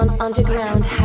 Underground